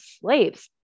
slaves